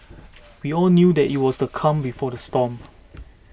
we all knew that it was the calm before the storm